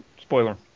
Spoiler